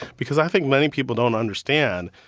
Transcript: because i think many people don't understand,